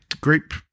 group